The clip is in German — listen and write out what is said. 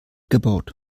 gebaut